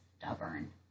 stubborn